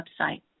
website